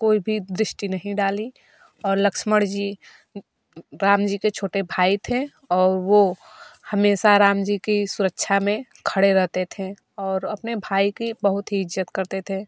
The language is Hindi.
कोई भी दृष्टि नहीं डाली और लक्ष्मण जी राम जी के छोटे भाई थे औ वह हमेशा राम जी की सुरक्षा में खड़े रहते थे और अपने भाई की बहुत ही इज़्ज़त करते थे